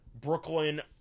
Brooklyn